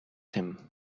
him